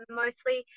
mostly